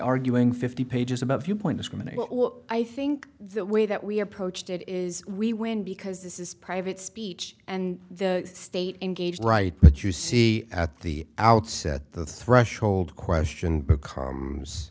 arguing fifty pages about viewpoint discrimination i think the way that we approached it is we win because this is private speech and the state engage right that you see at the outset the threshold question becomes